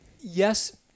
yes